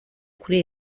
kuri